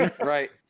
Right